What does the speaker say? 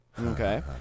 Okay